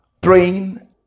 praying